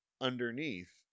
underneath